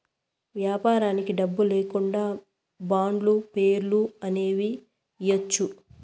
వ్యాపారానికి డబ్బు లేకుండా బాండ్లు, షేర్లు అనేవి ఇయ్యచ్చు